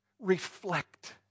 Reflect